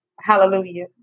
Hallelujah